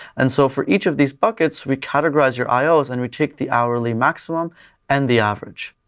and so for each of these buckets, we categorize your ios and we take the hourly maximum and the average.